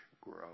grow